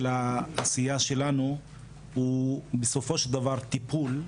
העשייה שלנו הוא בסופו של דבר טיפול,